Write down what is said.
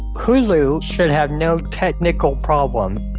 hulu should have no technical problem.